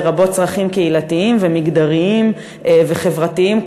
לרבות צרכים קהילתיים ומגדריים וחברתיים,